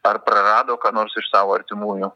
ar prarado ką nors iš savo artimųjų